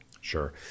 Sure